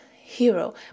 hero